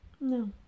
no